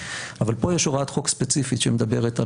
אבל פה יש הוראת חוק ספציפית שמדברת על